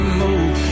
move